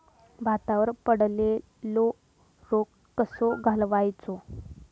भातावर पडलेलो रोग कसो घालवायचो?